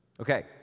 Okay